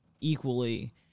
equally